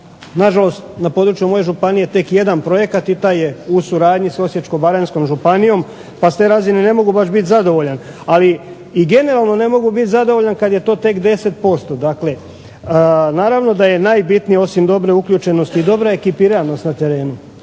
Nažalost, na području moje županije tek 1 projekat i taj je u suradnji s Osječko-baranjskom županijom pa s te razine ne mogu baš biti zadovoljan, ali i generalno ne mogu biti zadovoljan kad je to tek 10%. Dakle, naravno da je najbitnije osim dobre uključenosti i dobra ekipiranost na terenu